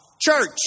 church